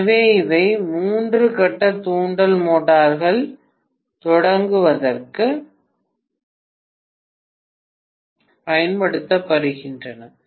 எனவே இவை மூன்று கட்ட தூண்டல் மோட்டார்கள் தொடங்குவதற்குப் பயன்படுத்தப்படுகின்றன